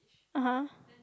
(uh huh)